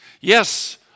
Yes